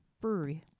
Brewery